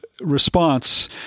response